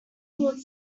called